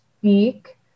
speak